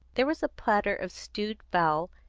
there was a platter of stewed fowl,